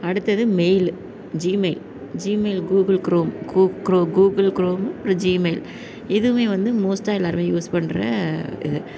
அடுத்தது mail Gmail Gmail Google Chrome Chrome Google Chrome அப்புறம் Gmail இதுவும் வந்து மோஸ்ட்டாக எல்லாரும் யூஸ் பண்ணுற இது